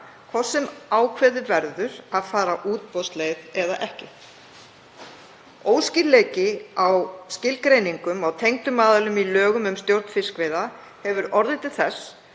hvort sem ákveðið verður að fara útboðsleið eða ekki. Óskýrleiki í skilgreiningum á tengdum aðilum í lögum um stjórn fiskveiða hefur orðið til þess